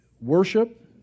Worship